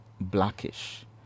blackish